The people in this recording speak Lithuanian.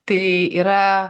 tai yra